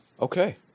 okay